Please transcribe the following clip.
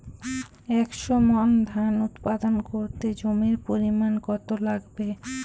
একশো মন ধান উৎপাদন করতে জমির পরিমাণ কত লাগবে?